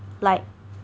like